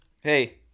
hey